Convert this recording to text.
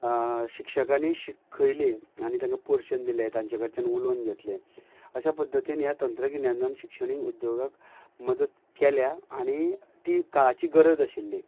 शिक्षकांनी शिकयलें आनी तांकां पोर्शन दिलें तांचे कडच्यान उलोवन घेतलें अश्या पद्दतीन ह्या तंत्रगिन्यानान शिक्षणीक उद्द्योगाक मदत केल्या आनी ती काळाची गरज आशिल्ली